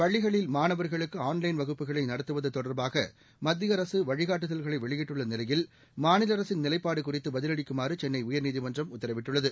பள்ளிகளில் மாணவர்களுக்கு ஆன்லைன் வகுப்புகளை நடத்துவது தொடர்பாக மத்திய அரசு வழிகாட்டுதல்களை வெளியிட்டுள்ள நிலையில் மாநில அரசின் நிலைப்பாடு குறித்து பதிலளிக்குமாறு சென்னை உயர்நீதிமன்றம் உத்தரவிட்டுள்ளது